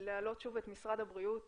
להעלות שוב את משרד הבריאות